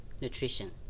nutrition